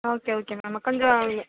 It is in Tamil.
ஓகே ஓகே மேம் கொஞ்சம்